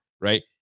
right